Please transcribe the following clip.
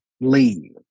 Leave